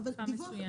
לתקופה מסוימת.